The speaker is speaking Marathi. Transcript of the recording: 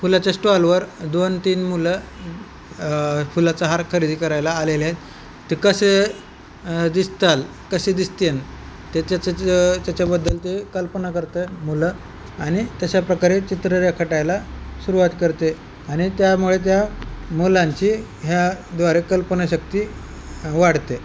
फुलाच्या स्टॉलवर दोन तीन मुलं फुलाचा हार खरेदी करायला आलेले आहेत ते कसे दिसतील कसे दिसतेन त्याच्याच त्याच्याबद्दल ते कल्पना करतं आहे मुलं आनि तशा प्रकारे चित्र रेखाटायला सुरवात करते आणि त्यामुळे त्या मुलांची ह्याद्वारे कल्पनाशक्ती वाढते